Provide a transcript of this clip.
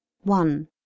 One